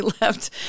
left